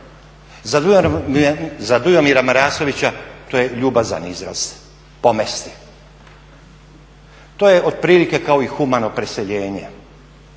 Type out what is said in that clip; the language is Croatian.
Za Dujomira Marasovića to je ljubazan izraz pomesti. To je otprilike kao i humano preseljenje,